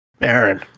Aaron